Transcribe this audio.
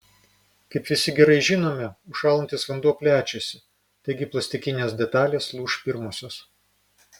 kaip visi gerai žinome užšąlantis vanduo plečiasi taigi plastikinės detalės lūš pirmosios